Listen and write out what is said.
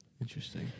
Interesting